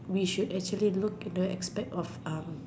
we should actually look into the aspect of